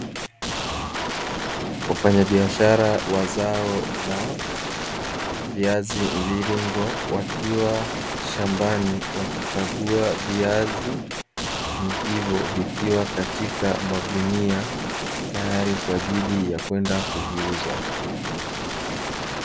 Wafanyabiashara wa zao la viazi mviringo wakiwa shambani wakikagua viazi hivyo vikiwa katika magunia, tayari kwa ajili ya kwenda kuviuza.